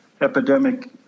epidemic